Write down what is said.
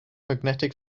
magnetic